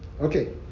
okay